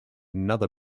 another